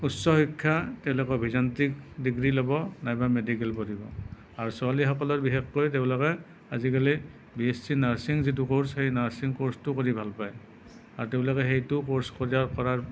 উচ্চ শিক্ষা তেওঁলোকে অভিযান্ত্ৰিক ডিগ্ৰী ল'ব নাইবা মেডিকেল পঢ়িব আৰু ছোৱালীসকলে বিশেষকৈ তেওঁলোকে আজিকালি বি এছ চি নাৰ্ছিং যিটো কৰ্চ সেই নাৰ্ছিং কৰ্চটো কৰি ভাল পায় আৰু তেওঁলোকে সেইটো কৰ্চ কৰাৰ